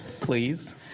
Please